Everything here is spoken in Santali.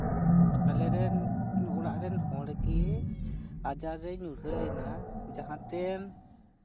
ᱟᱞᱮ ᱨᱮᱱ ᱚᱲᱟᱜ ᱨᱮᱱ ᱦᱚᱲ ᱜᱮ ᱟᱡᱟᱨ ᱨᱮᱭ ᱧᱩᱨᱦᱟᱹ ᱞᱮᱱᱟ ᱡᱟᱦᱟᱸᱛᱮ